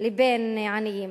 לבין עניים,